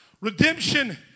Redemption